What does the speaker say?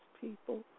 people